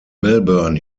melbourne